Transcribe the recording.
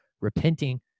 repenting